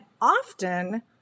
often